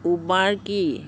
Uber কি